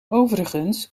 overigens